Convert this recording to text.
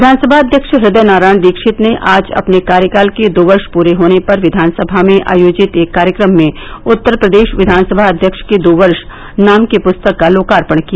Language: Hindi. विधानसभा अध्यक्ष हदय नारायण दीक्षित ने आज अपने कार्यकाल के दो वर्ष पुरे होने पर विधानसभा में आयोजित एक कार्यक्रम में उत्तर प्रदेश क्विनसभा अव्यक्ष के दो वर्ष नाम के पुस्तक का लोकार्पण किया